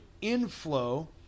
inflow